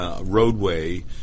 roadway